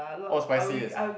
all spicy isn't